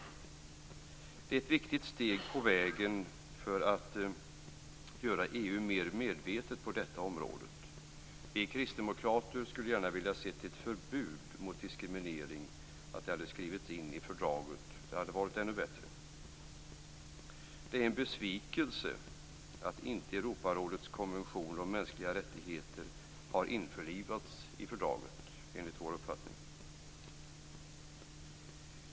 Det är ett viktigt steg på vägen för att göra EU mer medvetet på detta område. Vi kristdemokrater skulle gärna ha velat se att ett förbud mot diskriminering hade skrivits in i fördraget. Det hade varit ännu bättre. Enligt vår uppfattning är det en besvikelse att inte Europarådets konvention om mänskliga rättigheter har införlivats i fördraget.